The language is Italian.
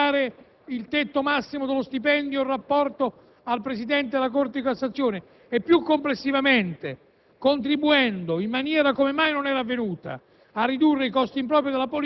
è su quel terreno che vogliamo garantire al parlamentare la libertà di azione. È noto, peraltro, che le forze che si richiamano al movimento operaio e comunista